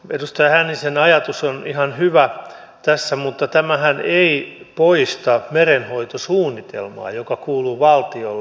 edustaja hännisen ajatus on ihan hyvä tässä mutta tämähän ei poista merenhoitosuunnitelmaa joka kuuluu valtiolle